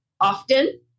often